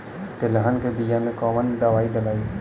तेलहन के बिया मे कवन दवाई डलाई?